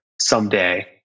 someday